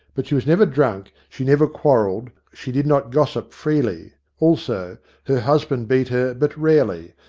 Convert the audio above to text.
but she was never drunk, she never quarrelled, she did not gossip freely. also her husband beat her but rarely,